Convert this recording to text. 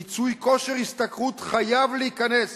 מיצוי כושר השתכרות חייב להיכנס